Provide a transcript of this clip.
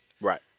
right